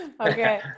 Okay